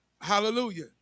Hallelujah